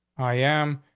i am.